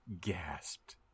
gasped